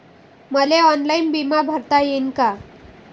मले ऑनलाईन बिमा भरता येईन का?